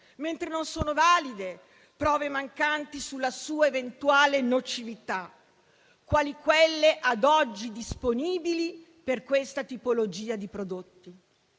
mentre non sono valide prove mancanti sulla sua eventuale nocività, quali quelle ad oggi disponibili per questa tipologia di prodotti.